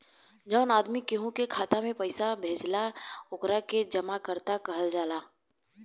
जवन आदमी केहू के खाता में पइसा भेजेला ओकरा के जमाकर्ता कहल जाला